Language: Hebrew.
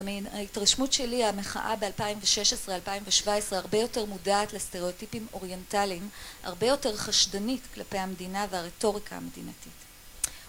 ההתרשמות שלי המחאה באלפיים ושש עשרה אלפיים ושבע עשרה הרבה יותר מודעת לסטריאוטיפים אוריינטליים הרבה יותר חשדנית כלפי המדינה והרטוריקה המדינתית